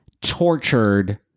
tortured